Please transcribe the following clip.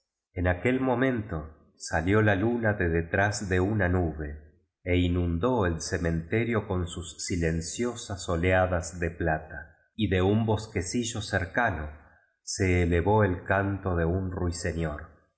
en aquel momento salió la luna de detrás de una nube e inundó el cementerio con sus silenciosas oleadas de plata y de un bosque cilio cercano se elevó el canto de un ruiseñor